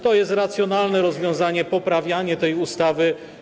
To jest racjonalne rozwiązanie, to poprawianie tej ustawy.